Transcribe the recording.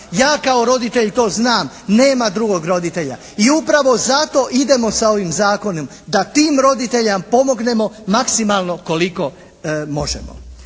Ja kao roditelj to znam. Nema drugog roditelja. I upravo zato idemo sa ovim zakonom da tim roditeljima pomognemo maksimalno koliko možemo.